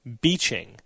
beaching